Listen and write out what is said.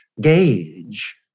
gauge